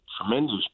tremendous